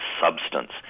substance